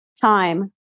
Time